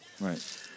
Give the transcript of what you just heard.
Right